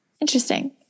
Interesting